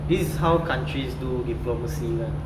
this is how countries do diplomacy lah